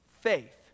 faith